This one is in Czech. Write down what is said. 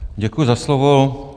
Děkuji za slovo.